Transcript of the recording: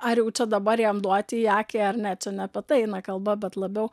ar jau čia dabar jam duoti į akį ar ne čia ne apie tai eina kalba bet labiau